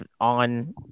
on